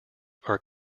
are